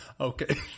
okay